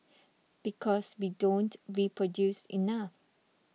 because we don't reproduce enough